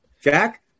Jack